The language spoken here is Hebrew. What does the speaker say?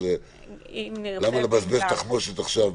אז למה לבזבז תחמושת עכשיו?